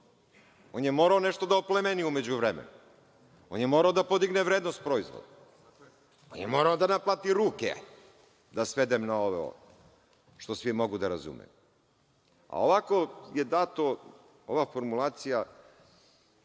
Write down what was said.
On je morao nešto da oplemeni u međuvremenu. On je morao da podigne vrednost proizvoda. On je morao da naplati ruke, da svedem na ovo što svi mogu da razumeju. Ovako je data ova formulacija